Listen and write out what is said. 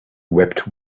wept